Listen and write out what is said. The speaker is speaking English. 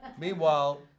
meanwhile